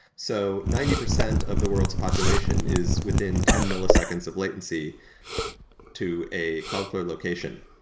so ninety percent of the world's population is within ten milliseconds of latency to a cloudflare location.